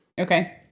Okay